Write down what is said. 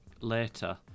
later